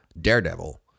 daredevil